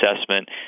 assessment